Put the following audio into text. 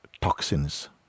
toxins